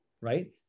right